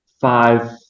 five